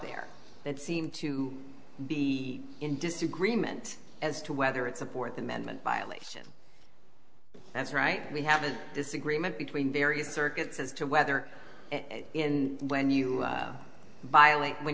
there that seem to be in disagreement as to whether it's a fourth amendment violation that's right we have a disagreement between various circuits as to whether in when you